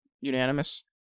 Unanimous